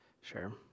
Sure